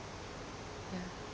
ya